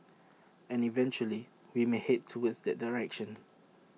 and eventually we may Head towards that direction